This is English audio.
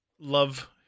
love